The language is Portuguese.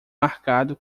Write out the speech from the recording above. marcado